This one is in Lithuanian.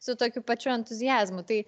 su tokiu pačiu entuziazmu tai